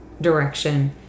direction